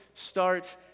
Start